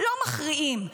לא מכריעים.